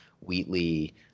Wheatley